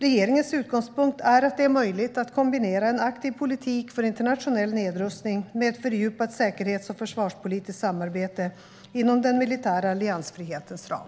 Regeringens utgångspunkt är att det är möjligt att kombinera en aktiv politik för internationell nedrustning med ett fördjupat säkerhets och försvarspolitiskt samarbete inom den militära alliansfrihetens ram.